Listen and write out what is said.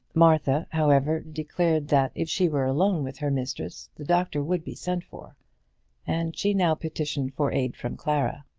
martha, however, declared that if she were alone with her mistress the doctor would be sent for and she now petitioned for aid from clara.